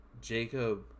Jacob